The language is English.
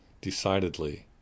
decidedly